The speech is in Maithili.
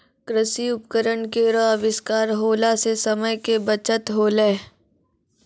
कृषि उपकरण केरो आविष्कार होला सें समय के बचत होलै